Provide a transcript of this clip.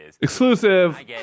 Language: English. exclusive